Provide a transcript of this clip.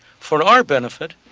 for our benefit,